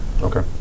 Okay